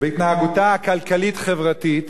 בהתנהגותה הכלכלית-חברתית,